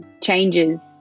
changes